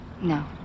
no